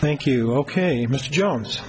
thank you ok mr jones